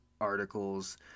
articles